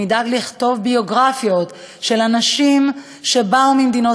נדאג לכתוב ביוגרפיות של אנשים שבאו ממדינות